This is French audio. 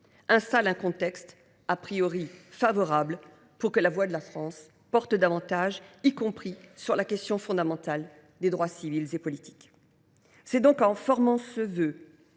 installe un contexte favorable pour que la voix de la France porte davantage, y compris sur la question fondamentale des droits civils et politiques. C’est donc en formant ce vœu